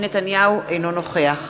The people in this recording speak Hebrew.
אינו נוכח